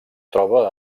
troba